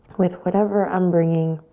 with whatever i'm bringing